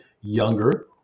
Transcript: younger